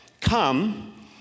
come